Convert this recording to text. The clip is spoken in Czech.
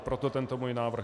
Proto tento můj návrh.